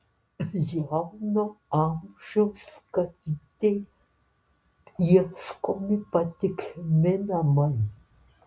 jauno amžiaus katytei ieškomi patikimi namai